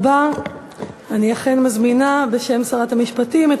אני אכן מזמינה בשם שרת המשפטים את